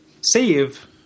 save